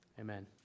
Amen